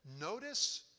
notice